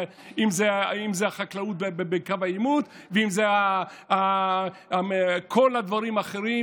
אם זה החקלאות בקו העימות ואם זה כל הדברים האחרים,